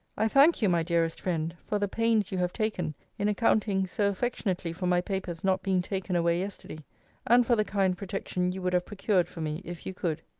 i thank you, my dearest friend, for the pains you have taken in accounting so affectionately for my papers not being taken away yesterday and for the kind protection you would have procured for me, if you could.